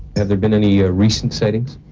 have there been any ah recent sightings?